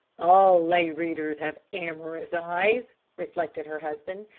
all lay readers have amorous eyes, reflected her husband.